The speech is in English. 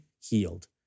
healed